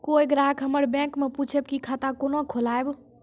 कोय ग्राहक हमर बैक मैं पुछे की खाता कोना खोलायब?